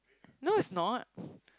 no it's not